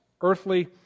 Earthly